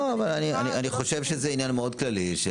אני חושב שזה עניין מאוד כללי.